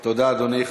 תודה, אדוני.